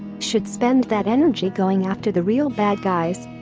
should spend that energy going after the real bad guys.